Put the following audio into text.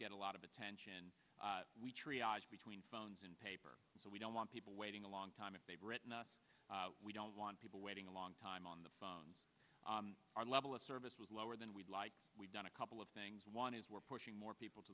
get a lot of attention between phones and paper so we don't want people waiting a long time if they've written we don't want people waiting a long time on the phone our level of service was lower than we'd like we've done a couple of things one is we're pushing more people to